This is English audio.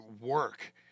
work